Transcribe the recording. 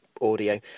audio